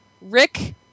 Rick